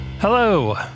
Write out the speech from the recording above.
Hello